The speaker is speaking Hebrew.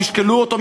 תשקלו אותו מחדש,